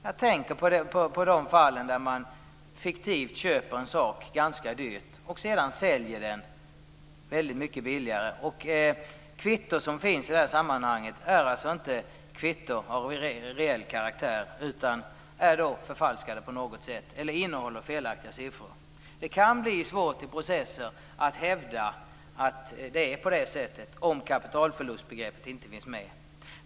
Jag tänker på de fall där man fiktivt köper en sak ganska dyrt och sedan säljer den väldigt mycket billigare, och där det kvitto som finns inte är av reell karaktär utan förfalskat eller innehåller felaktiga siffror. Det kan bli svårt i processer att hävda att det är på det sättet, om kapitalförlustbegreppet inte finns med.